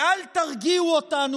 ואל תרגיעו אותנו,